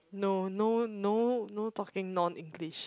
no no no no talking non-English